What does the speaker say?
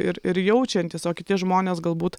ir ir jaučiantys o kiti žmonės galbūt